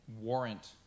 warrant